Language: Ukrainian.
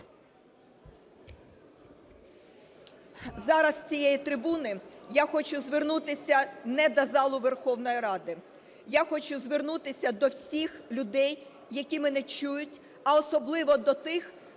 Зараз з цієї трибуни я хочу звернутися не до залу Верховної Ради. Я хочу звернутися до всіх людей, які мене чують, а особливо до тих,